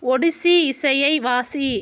ஒடிசி இசையை வாசி